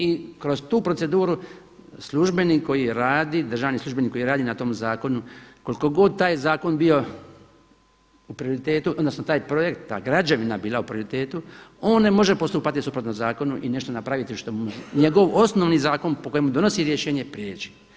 I kroz tu proceduru službenik koji radi, državni službenik koji radi na tom zakonu koliko god taj zakon bio u prioritetu, odnosno taj projekt, ta građevina bila u prioritetu on ne može postupati suprotno zakonu i nešto napraviti što njegov osnovni zakon po kojemu donosi rješenje prijeći.